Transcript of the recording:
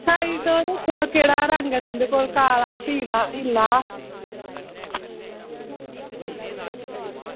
size तुस दस्सो केह्ड़ा रंग ऐ तुं'दे कोल काला पीला नीला